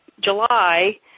July